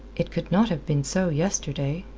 it could not have been so yesterday.